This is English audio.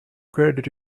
credit